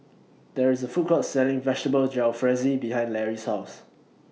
There IS A Food Court Selling Vegetable Jalfrezi behind Lary's House